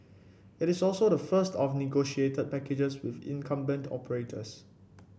it is also the first of negotiated packages with incumbent operators